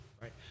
right